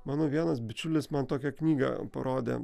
mano vienas bičiulis man tokią knygą parodė